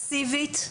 מסיבית,